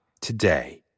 today